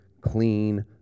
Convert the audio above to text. clean